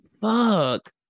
Fuck